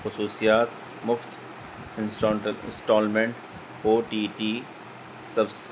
خصوصیات مفت instalment O T T سب